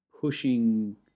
pushing